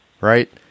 right